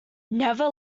never